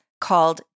called